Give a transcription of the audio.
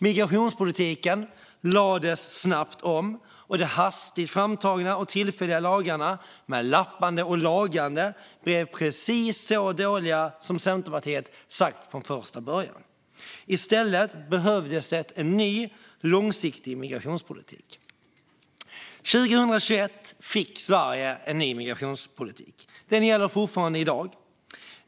Migrationspolitiken lades snabbt om, och de hastigt framtagna tillfälliga lagarna, med lappande och lagande, blev precis så dåliga som Centerpartiet sa från första början. I stället behövdes en ny, långsiktig migrationspolitik. År 2021 fick Sverige en ny migrationspolitik. Den gäller fortfarande i dag.